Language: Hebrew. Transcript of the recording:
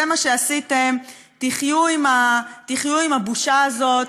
זה מה שעשיתם, תחיו עם הבושה הזאת,